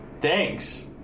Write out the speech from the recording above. thanks